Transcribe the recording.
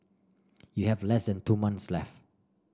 you have less than two months left